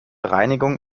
reinigung